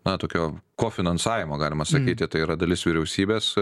na tokio kofinansavimo galima sakyti tai yra dalis vyriausybės